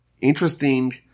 interesting